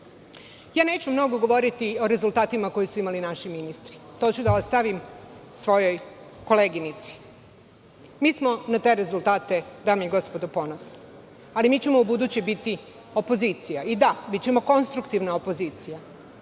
posao. Neću mnogo govoriti o rezultatima koje su imali naši ministri, to ću da ostavim svojoj koleginici. Mi smo na te rezultate, dame i gospodo, ponosni. Ali, mi ćemo ubuduće biti opozicija. I da, bićemo konstruktivna opozicija,